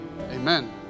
amen